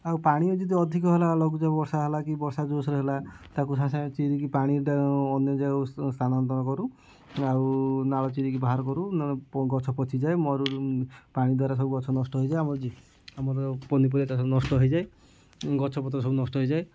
ଆଉ ପାଣି ଯଦି ଅଧିକ ହେଲା ଲଘୁଚାପ ବର୍ଷା ହେଲା କି ବର୍ଷା ଜୋରସେ ହେଲା ତାକୁ ସାଙ୍ଗେ ସାଙ୍ଗେ ଚିରିକି ପାଣିଟା ଅନ୍ୟ ଜାଗାକୁ ସ୍ଥାନାନ୍ତରିତ କରୁ ଆଉ ନାଳ ଚିରିକି ବାହାର କରୁ ନହଲେ ଗଛ ପଚିଯାଏ ମରୁଡ଼ି ପାଣି ଦ୍ବାରା ସବୁ ଗଛ ନଷ୍ଟ ହୋଇଯାଏ ଆମର ପନିପରିବା ଚାଷ ନଷ୍ଟ ହୋଇଯାଏ ଗଛ ପତ୍ର ସବୁ ନଷ୍ଟ ହୋଇଯାଏ